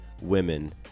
women